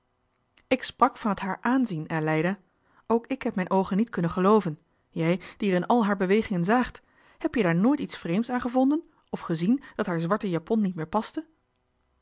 ik sprak van het haar aanzien aleida ook ik heb mijn oogen niet kunnen gelooven jij die r in al haar bewegingen zaagt heb je daar nooit iets vreemds aan gevonden of gezien dat haar zwarte japon niet meer paste